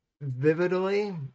vividly